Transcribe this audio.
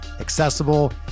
accessible